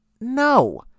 No